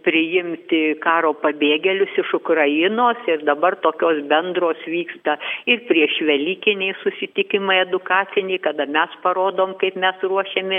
priimti karo pabėgėlius iš ukrainos ir dabar tokios bendros vyksta ir priešvelykiniai susitikimai edukaciniai kada mes parodom kaip mes ruošiamės